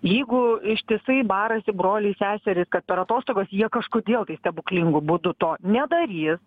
jeigu ištisai barasi broliai seserys kad per atostogas jie kažkodėl tai stebuklingu būdu to nedarys